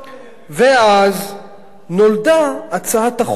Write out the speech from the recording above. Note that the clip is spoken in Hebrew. ואז נולדה הצעת החוק הזאת,